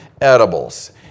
edibles